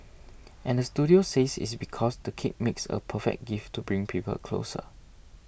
and the studio says it's because the cake makes a perfect gift to bring people closer